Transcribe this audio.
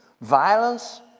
violence